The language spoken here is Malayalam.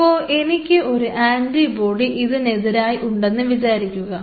ഇപ്പോ എനിക്ക് ഒരു ആൻറിബോഡി ഇതിനെതിരായി ഉണ്ടെന്നു വിചാരിക്കുക